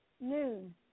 noon